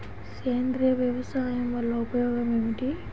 సేంద్రీయ వ్యవసాయం వల్ల ఉపయోగం ఏమిటి?